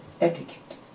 etiquette